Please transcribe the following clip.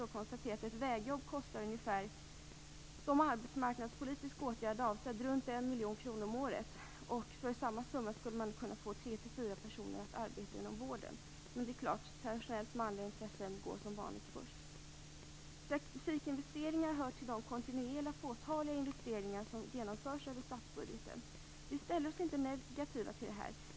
Vi kan konstatera att ett vägjobb kostar, som arbetsmarknadspolitisk åtgärd, runt en miljon kronor om året. För samma summa skulle tre till fyra personer kunna arbeta inom vården. Men det klart, traditionellt manliga intressen går som vanligt först. Trafikinvesteringar hör till de kontinuerliga fåtaliga investeringar som genomförs över statsbudgeten. Vi ställer oss inte negativa till det här.